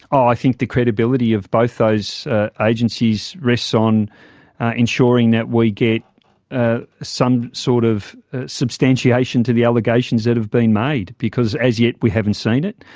i think the credibility of both those agencies rests on ensuring that we get ah some sort of substantiation to the allegations that have been made, because as yet we haven't seen it.